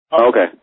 Okay